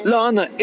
Lana